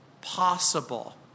possible